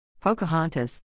Pocahontas